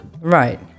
Right